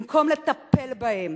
במקום לטפל בהם,